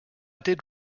did